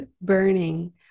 burning